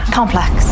complex